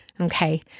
Okay